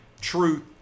truth